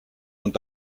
und